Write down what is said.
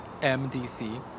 MDC